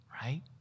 right